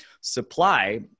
Supply